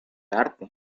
arte